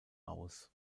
aus